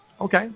Okay